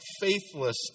faithless